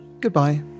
goodbye